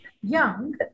young